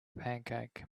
pancake